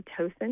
oxytocin